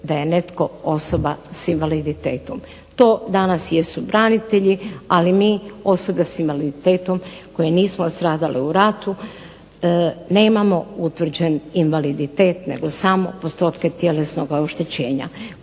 da je netko osoba sa invaliditetom. To danas jesu branitelji, ali mi osobe sa invaliditetom koje nismo stradale u ratu nemamo utvrđen invaliditet nego samo postotke tjelesnoga oštećenja.